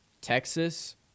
Texas